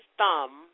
thumb